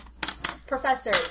Professor